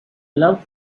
love